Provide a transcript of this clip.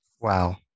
Wow